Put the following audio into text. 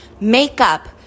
makeup